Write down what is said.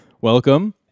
Welcome